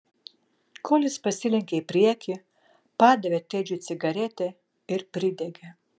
kolis pasilenkė į priekį padavė tedžiui cigaretę ir pridegė